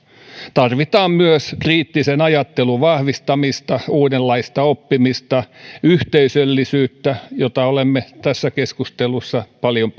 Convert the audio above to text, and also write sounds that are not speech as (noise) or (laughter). tarvitaan myös kriittisen ajattelun vahvistamista uudenlaista oppimista yhteisöllisyyttä jota olemme tässä keskustelussa paljon (unintelligible)